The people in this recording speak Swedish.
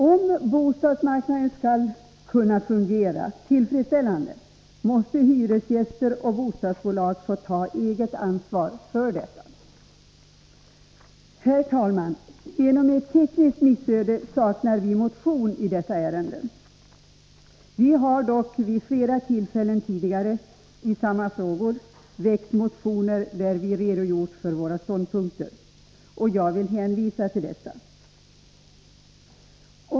Om bostadsmarknaden skall kunna fungera tillfredsställande måste hyresgäster och bostadsbolag få ta eget ansvar för detta. Herr talman! Genom ett tekniskt missöde har vi moderater inte väckt någon motion i detta ärende. Vi har dock vid flera tillfällen tidigare, i samma frågor, väckt motioner där vi redogjort för våra ståndpunkter, och jag vill hänvisa till dessa.